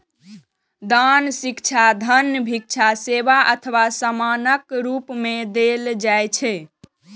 दान शिक्षा, धन, भिक्षा, सेवा अथवा सामानक रूप मे देल जाइ छै